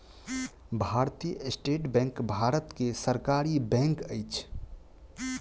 भारतीय state bank Bharat के सरकारी बैंक अछि